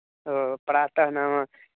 ओ प्रातः नाम